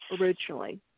originally